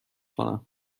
کنم